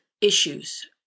issues